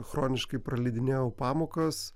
chroniškai praleidinėjau pamokas